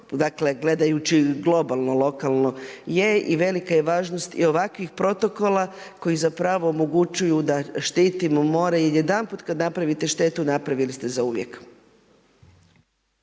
dakle gledajući globalno lokalno je i velika je važnosti ovakvih protokola koji omogućuju da štitimo more jel jedanput kada napravite štetu, napravili ste zauvijek.